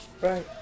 Right